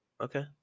okay